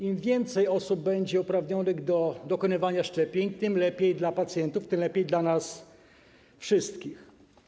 Im więcej osób będzie uprawnionych do dokonywania szczepień, tym lepiej dla pacjentów, tym lepiej dla nas wszystkich.